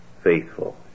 faithful